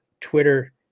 Twitter